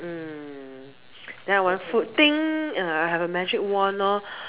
mm then I want food ding I have a magic wand loh